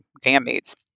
gametes